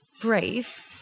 brave